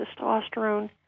testosterone